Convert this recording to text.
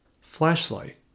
Flashlight